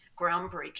groundbreaking